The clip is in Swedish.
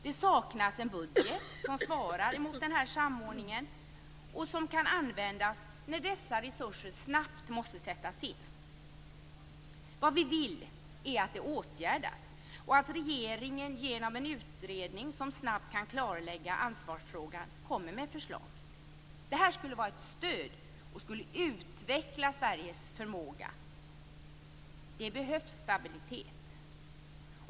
Det saknas en budget som svarar mot denna samordning och som kan användas när resurserna snabbt måste sättas in. Vad vi vill är att detta åtgärdas och att regeringen genom en utredning snabbt klarlägger ansvarsfrågan och kommer med ett förslag. Detta skulle vara ett stöd och skulle utveckla Sveriges förmåga. Det behövs stabilitet.